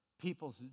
people's